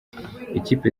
ikipe